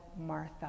Martha